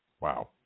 Wow